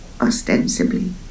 Ostensibly